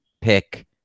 pick